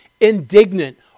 indignant